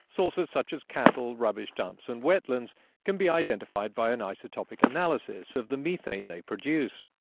sources such as cattle, rubbish dumps and wetlands can be identified by an isotopic analysis of the methane they produce.